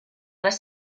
les